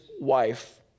wife